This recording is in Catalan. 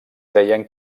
deien